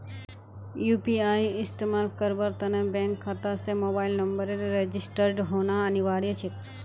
UPI इस्तमाल करवार त न बैंक खाता स मोबाइल नंबरेर रजिस्टर्ड होना अनिवार्य छेक